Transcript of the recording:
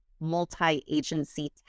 multi-agency